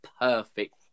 perfect